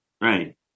Right